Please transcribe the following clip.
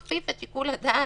אני מחזקת את ידיכם.